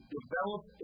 develop